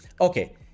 okay